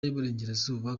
y’uburengerazuba